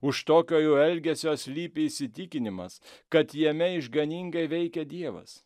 už tokio jo elgesio slypi įsitikinimas kad jame išganingai veikia dievas